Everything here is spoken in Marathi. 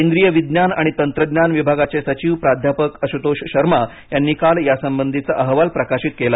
केंद्रिय विज्ञान आणि तंत्रज्ञान विभागाचे सचिव प्राध्यापक आशुतोष शर्म यांनी काल यासंबंधीचा अहवाल प्रकाशित केला